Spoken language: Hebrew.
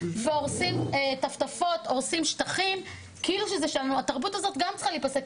הורסים טפטפות ושטחים - התרבות הזאת גם צריכה להיפסק.